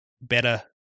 better